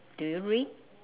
do you read